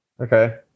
okay